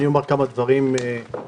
אני אומר כמה דברים בכלל,